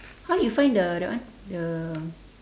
how you find the that one the